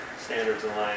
standards-aligned